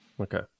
Okay